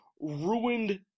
ruined